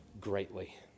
greatly